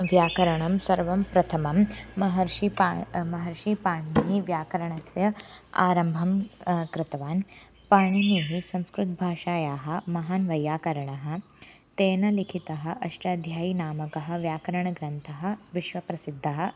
व्याकरणं सर्वप्रथमं महर्षिणा महर्षिपाणिनिः व्याकरणस्य आरम्भं कृतवान् पाणिनिः संस्कृतभाषायाः महान् वैयाकरणः तेन लिखितः अष्टाध्यायीनामकः व्याकरणग्रन्थः विश्वप्रसिद्धः